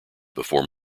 before